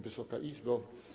Wysoka Izbo!